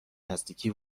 نزدیکی